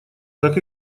как